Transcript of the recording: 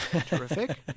Terrific